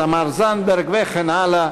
תמר זנדברג וכן הלאה,